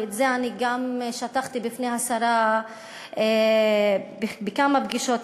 ואת זה אני גם שטחתי בפני השרה בכמה פגישות,